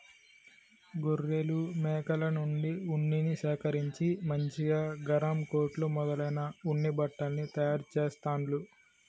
గొర్రెలు మేకల నుండి ఉన్నిని సేకరించి మంచిగా గరం కోట్లు మొదలైన ఉన్ని బట్టల్ని తయారు చెస్తాండ్లు